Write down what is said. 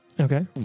Okay